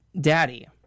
daddy